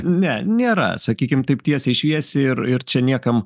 ne nėra sakykim taip tiesiai šviesiai ir ir čia niekam